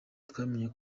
twamenye